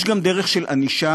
יש גם דרך של ענישה.